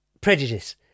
prejudice